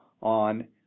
on